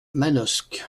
manosque